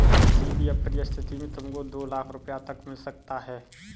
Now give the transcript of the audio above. किसी भी अप्रिय स्थिति में तुमको दो लाख़ रूपया तक मिल सकता है